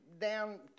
down